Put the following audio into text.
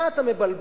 מה אתה מבלבל?